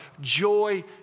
Joy